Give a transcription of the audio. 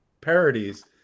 parodies